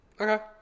Okay